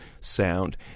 sound